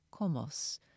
Komos